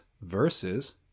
versus